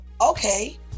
okay